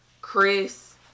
Chris